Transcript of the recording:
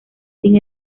sin